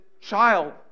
child